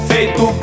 Feito